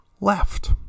left